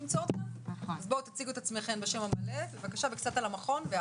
תציגו את עצמכן ואת המכון.